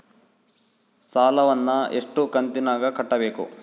ಸಾಲವನ್ನ ಎಷ್ಟು ಕಂತಿನಾಗ ಕಟ್ಟಬೇಕು?